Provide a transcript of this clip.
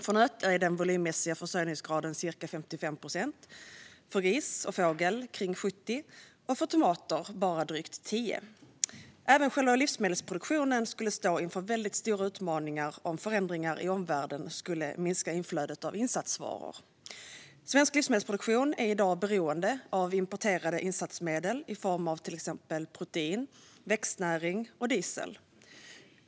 För nöt är den volymmässiga försörjningsgraden ca 55 procent, för gris och fågel kring 70 procent och för tomater bara drygt 10 procent. Även själva livsmedelsproduktionen skulle stå inför väldigt stora utmaningar om förändringar i omvärlden skulle minska inflödet av insatsvaror. Svensk livsmedelsproduktion är i dag beroende av importerade insatsmedel i form av exempelvis protein, växtnäring och diesel.